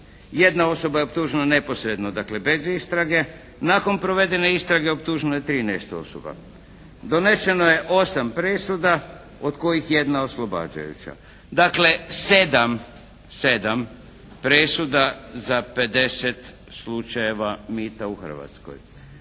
jedna osoba je optužena neposredno, dakle bez istrage. Nakon provedene istrage optuženo je 13 osoba. Donešeno je 8 presuda od kojih jedna oslobađajuća. Dakle 7 presuda za 50 slučajeva mita u Hrvatskoj.